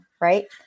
right